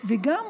וגם